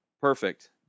perfect